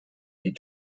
die